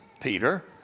Peter